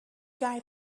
guy